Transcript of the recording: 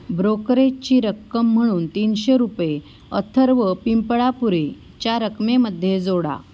ब्रोकरेजची रक्कम म्हणून तीनशे रुपये अथर्व पिंपळापुरे च्या रकमेमध्ये जोडा